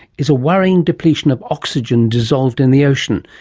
is a worrying depletion of oxygen dissolved in the ocean,